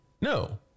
No